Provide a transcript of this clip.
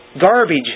garbage